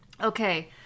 Okay